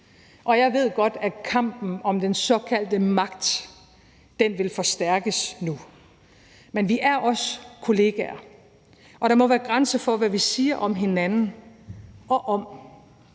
og jeg ved godt, at kampen om den såkaldte magt vil forstærkes nu. Men vi er også kollegaer, og der må være grænser for, hvad vi siger om hinanden og om